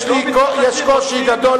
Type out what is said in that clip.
יש קושי גדול,